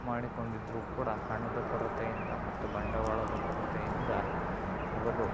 ಮಾಡಿಕೊಂಡಿದ್ದರೂ ಕೂಡ ಹಣದ ಕೊರತೆಯಿಂದ ಮತ್ತು ಬಂಡವಾಳದ ಕೊರತೆಯಿಂದ ಅವರು